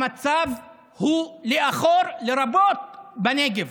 המצב הוא לאחור, לרבות בנגב.